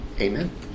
amen